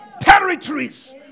Territories